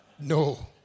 No